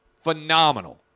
Phenomenal